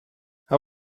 how